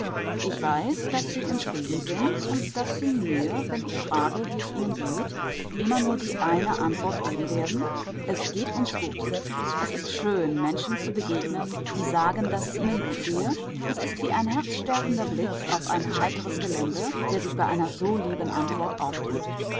ich weiß daß sie im frieden sind und daß sie mir wenn ich frage wie es ihnen geht immer nur die eine antwort geben werden es geht uns gut es ist schön menschen zu begegnen die sagen daß es ihnen gut gehe es ist wie ein herzstärkender blick auf ein heiteres gelände der sich bei einer so lieben antwort auftut